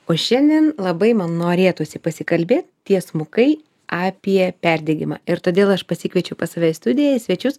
o šiandien labai man norėtųsi pasikalbėt tiesmukai apie perdegimą ir todėl aš pasikviečiau pas save į studiją į svečius